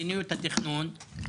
מדיניות התכנון,